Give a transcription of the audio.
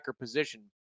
position